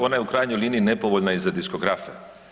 Ona je u krajnjoj liniji nepovoljna i za diskografe.